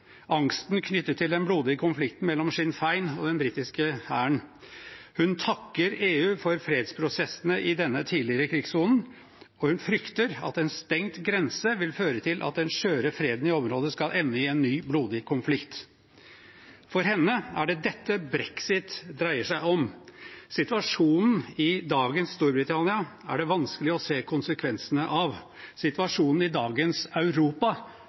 angsten knyttet til den blodige konflikten mellom Sinn Féin og den britiske hæren. Hun takker EU for fredsprosessene i denne tidligere krigssonen, og hun frykter at en stengt grense vil føre til at den skjøre freden i området skal ende i en ny blodig konflikt. For henne er det dette brexit dreier seg om. Situasjonen i dagens Storbritannia er det vanskelig å se konsekvensene av. Situasjonen i dagens Europa